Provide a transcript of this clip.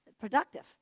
productive